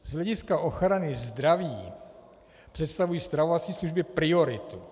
Z hlediska ochrany zdraví představují stravovací služby prioritu.